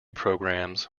programmes